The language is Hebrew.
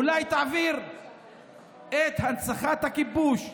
אולי תעביר את הנצחת הכיבוש,